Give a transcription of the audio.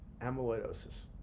amyloidosis